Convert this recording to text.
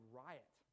riot